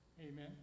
Amen